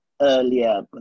Earlier